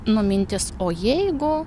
nu mintis o jeigu